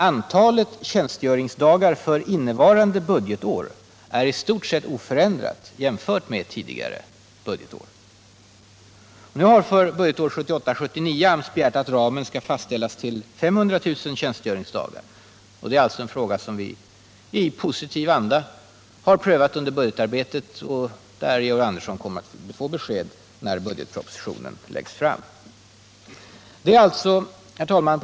Antalet tjänstgöringsdagar för innevarande budgetår är i stort sett oförändrat jämfört med tidigare budgetår. Nu har AMS för budgetåret 1978/79 föreslagit att ramen fastställs till 500 000 tjänstgöringsdagar — det är en fråga som vi i positiv anda har prövat under budgetarbetet — och om resultatet kommer Georg Andersson att få besked när budgetpropositionen läggs fram.